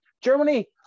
Germany